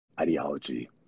ideology